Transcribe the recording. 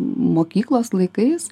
mokyklos laikais